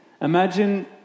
Imagine